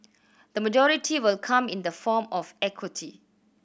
the majority will come in the form of equity